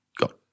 got